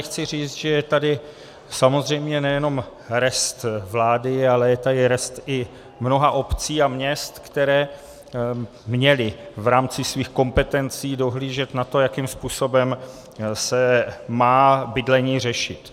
Chci tady říct, že je tady samozřejmě nejenom rest vlády, ale je tady rest i mnoha obcí a měst, které měly v rámci svých kompetencí dohlížet na to, jakým způsobem se má bydlení řešit.